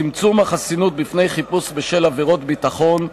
(צמצום החסינות בפני חיפוש בשל עבירת ביטחון),